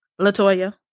Latoya